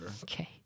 Okay